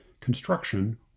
construction